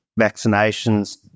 vaccinations